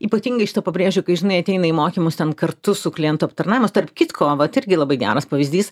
ypatingai šitą pabrėžiu kai žinai ateina į mokymus ten kartu su klientų aptarnavimas tarp kitko vat irgi labai geras pavyzdys